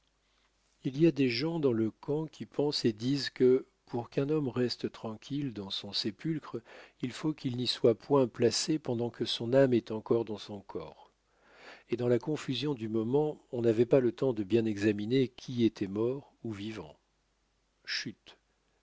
il y a des gens dans le camp qui pensent et disent que pour qu'un homme reste tranquille dans son sépulcre il faut qu'il n'y soit point placé pendant que son âme est encore dans son corps et dans la confusion du moment on n'avait pas le temps de bien examiner qui était mort ou vivant chut